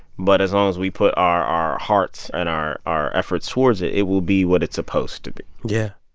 but as long as we put our our hearts and our our efforts towards it, it will be what it's supposed to be yeah.